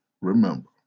remember